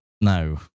No